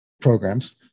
programs